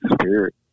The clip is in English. spirit